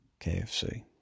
KFC